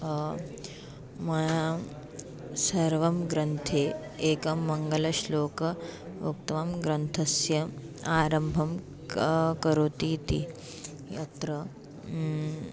मया सर्वं ग्रन्थे एकं मङ्गलश्लोकमुक्त्वा ग्रन्थस्य आरम्भं करोति इति यत्र